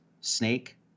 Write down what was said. snake